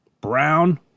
brown